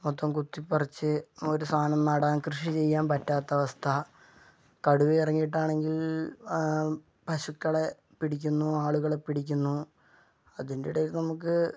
മൊത്തം കുത്തിപ്പറിച്ച് ഒരു സാധനം നടാൻ കൃഷി ചെയ്യാൻ പറ്റാത്ത അവസ്ഥ കടുവ ഇറങ്ങിയിട്ടാണെങ്കിൽ പശുക്കളെ പിടിക്കുന്നു ആളുകളെ പിടിക്കുന്നു അതിൻ്റെ ഇടയിൽ നമുക്ക്